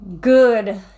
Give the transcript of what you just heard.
good